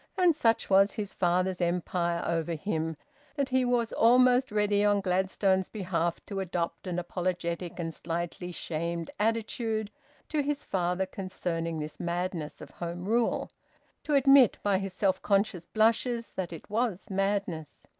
and such was his father's empire over him that he was almost ready on gladstone's behalf to adopt an apologetic and slightly shamed attitude to his father concerning this madness of home rule to admit by his self-conscious blushes that it was madness.